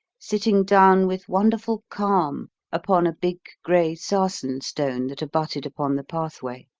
sitting down with wonderful calm upon a big grey sarsen-stone that abutted upon the pathway